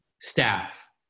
staff